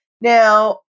Now